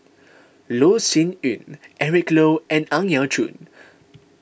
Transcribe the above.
Loh Sin Yun Eric Low and Ang Yau Choon